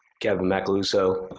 kevin macaluso,